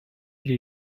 les